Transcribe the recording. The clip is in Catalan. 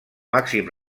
màxim